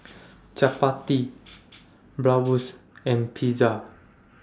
Chapati Bratwurst and Pizza